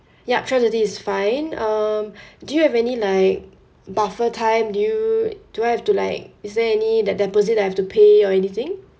yup twelve thirty is fine um do you have any like buffer time do you do I have to like is there any that deposit that I have to pay or anything